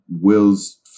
Will's